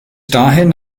dahin